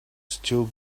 still